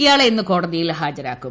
ഇയാളെ ഇന്ന് കോടതിയിൽ ഹാജരാക്കും